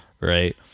Right